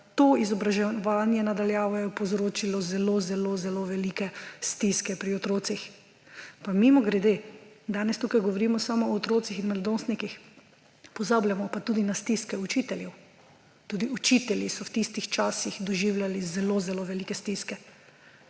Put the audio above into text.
to izobraževanje na daljavo je povzročilo zelo zelo zelo velike stiske pri otrocih. Pa mimogrede, danes tukaj govorimo samo o otrocih in mladostnikih, pozabljamo pa tudi na stiske učiteljev. Tudi učitelji so v tistih časih doživljali zelo zelo velike stiske.